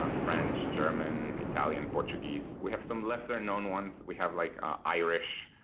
ah french, german, italian, portuguese. we have some lesser known ones. we have like irish,